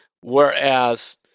Whereas